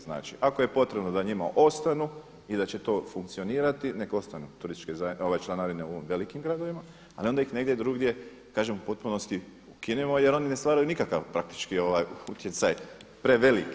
Znači, ako je potrebno da njima ostanu i da će to funkcionirati nek' ostanu turističke članarine u velikim gradovima, ali onda ih negdje drugdje kažem u potpunosti ukinimo jer oni ne stvaraju nikakav praktički utjecaj preveliki.